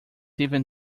even